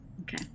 okay